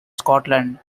scotland